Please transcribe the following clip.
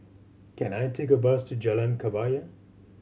can I take a bus to Jalan Kebaya